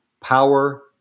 power